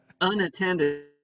unattended